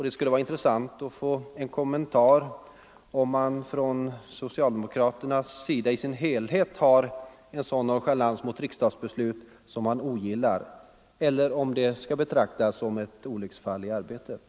Det skulle vara intressant att få veta om det socialdemokratiska partiet i sin helhet har en sådan nonchalans mot riksdagsbeslut som man ogillar eller om detta skall betraktas som ett olycksfall i arbetet.